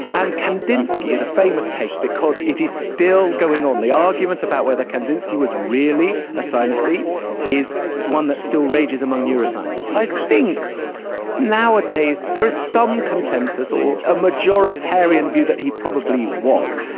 and kandinsky is a famous case, because it is still going on, the argument about whether kandinsky was really a synaesthete is one that still rages among neuroscientists. i think nowadays there is some consensus, or a majoritarian view that he probably was.